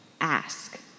ask